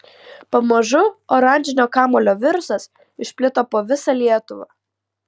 pamažu oranžinio kamuolio virusas išplito po visą lietuvą